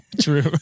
true